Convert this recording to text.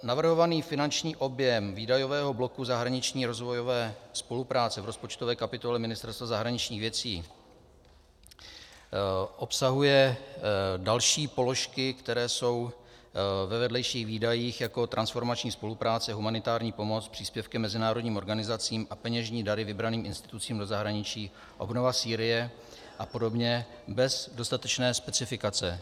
Navrhovaný finanční objem výdajového bloku zahraniční rozvojové spolupráce v rozpočtové kapitole Ministerstva zahraničních věcí obsahuje další položky, které jsou ve vedlejších výdajích, jako je transformační spolupráce, humanitární pomoc, příspěvky mezinárodním organizacím a peněžní dary vybraným institucím do zahraničí, obnova Sýrie a podobně, bez dostatečné specifikace.